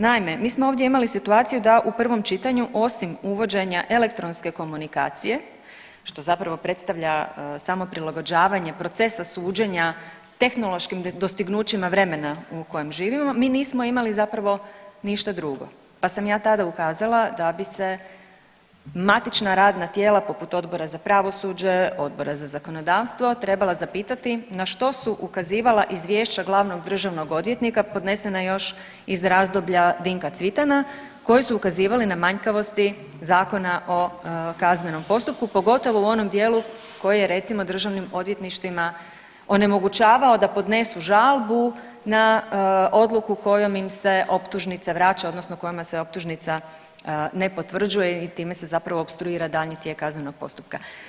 Naime, mi smo ovdje imali situaciju da u prvom čitanju osim uvođenja elektronske komunikacije što zapravo predstavlja samo prilagođavanje procesa suđenja tehnoloških dostignućima vremena u kojem živimo mi nismo imali zapravo ništa drugo, pa sam ja tada ukazala da bi se matična radna tijela poput Odbora za pravosuđe, Odbora za zakonodavstvo trebala zapitati na što su ukazivala izvješća glavnog državnog odvjetnika podnesena još iz razdoblja Dinka Cvitana koji su ukazivali na manjkavosti ZKP-a pogotovo u onom dijelu koji je recimo državnim odvjetništvima onemogućavao da podnesu žalbu na odluku kojom im se optužnica vraća odnosno kojima se optužnica ne potvrđuje i time se zapravo opstruira daljnji tijek kaznenog postupka.